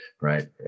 right